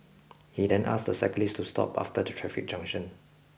he then asked the cyclist to stop after the traffic junction